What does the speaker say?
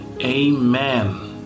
Amen